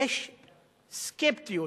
יש סקפטיות.